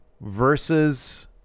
versus